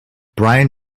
bryan